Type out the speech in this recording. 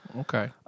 Okay